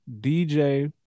DJ